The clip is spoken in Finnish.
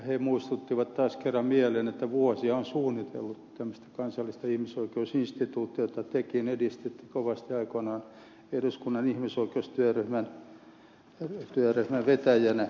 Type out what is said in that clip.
he muistuttivat taas kerran mieleen että vuosia on suunniteltu kansallista ihmisoikeusinstituuttia jota hanketta tekin edistitte kovasti aikoinaan eduskunnan ihmisoikeustyöryhmän vetäjänä